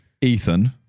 Ethan